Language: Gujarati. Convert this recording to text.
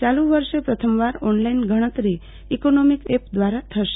ચાલુ વર્ષે પ્રથમવાર ઓનલાઈન ગણતરી ઈકોનોમિક સેન્સ એપદ્વારા થશે